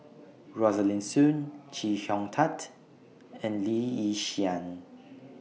Rosaline Soon Chee Hong Tat and Lee Yi Shyan